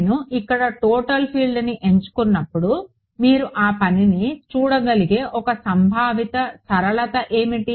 నేను ఇక్కడ టోటల్ ఫీల్డ్ని ఎంచుకున్నప్పుడు మీరు ఆ పనిని చూడగలిగే ఒక సంభావిత సరళత ఏమిటి